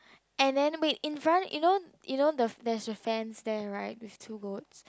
and then wait in front you know you know the there is a fences there right with two goats